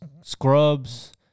scrubs